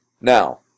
Now